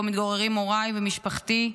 שבו מתגוררים הוריי ומשפחתי,